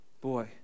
Boy